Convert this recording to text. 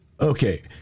Okay